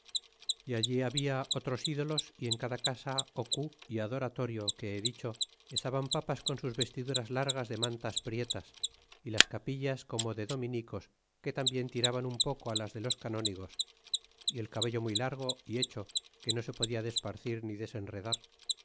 rimeros allí habia otros ídolos y en cada casa ó cu y adoratorio que he dicho estaban papas con sus vestiduras largas de mantas prietas y las capillas como de dominicos que tambien tiraban un poco las de los canónigos y el cabello muy largo y hecho que no se podia desparcír ni desenredar